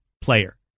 player